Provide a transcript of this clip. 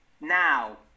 Now